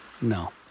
no